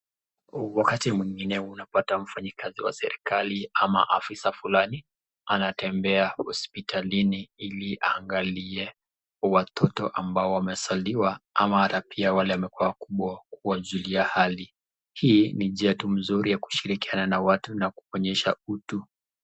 Wakati mwingine unapata mfanyikazi wa serikali ama afisa fulani anatembea hosiptalini ili aangalie watoto ambao wamezaliwa ama ata pia wale wamekuwa wakubwa kuwajulia hali, hii ni njia mzuri ya kushirikiana na watu na kuonyesha utu.